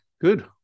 good